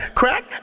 crack